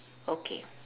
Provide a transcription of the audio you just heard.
okay